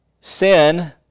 sin